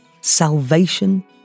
salvation